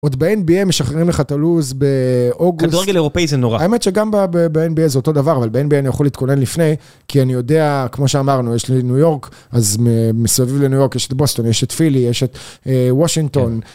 עוד ב-NBA משחררים לך את הלוז באוגוסט. כדורגל אירופאי זה נורא. האמת שגם ב-NBA זה אותו דבר, אבל ב-NBA אני יכול להתכונן לפני, כי אני יודע, כמו שאמרנו, יש לי ניו יורק, אז מסביב לניו יורק יש את בוסטון, יש את פילי, יש את וושינגטון.